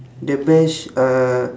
the bench uh